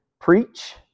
preach